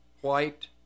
white